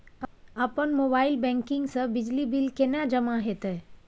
अपन mobile banking से बिजली बिल केने जमा हेते?